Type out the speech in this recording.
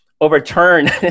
overturn